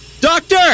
Doctor